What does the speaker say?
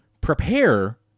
prepare